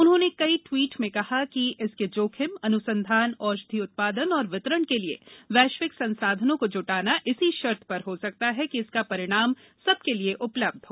उन्होंन कई ट्वीट में कहा कि इसका जोखिम अन्संधान औषधि उत्पादन और वितरण का लिए वैश्विक संसाधनों को ज्टाना इसी शर्त पर हो सकता है कि इसका परिणाम सबका लिए उपलब्ध हो